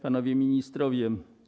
Panowie Ministrowie!